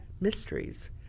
mysteries